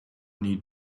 need